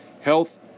Health